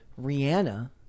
Rihanna